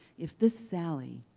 if this sally,